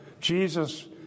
Jesus